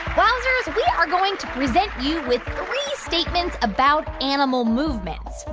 wowzers, we are going to present you with three statements about animal movements.